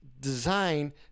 design